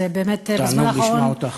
תענוג לשמוע אותך.